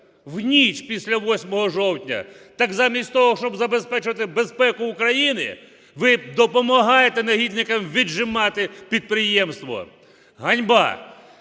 В ніч після 8 жовтня. Так замість того, щоб забезпечити безпеку України, ви допомагаєте негідникам віджимати підприємство. Ганьба!